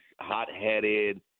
hot-headed